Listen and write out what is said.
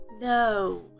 No